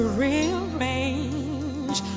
rearrange